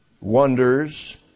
wonders